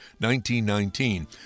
1919